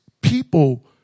people